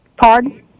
Pardon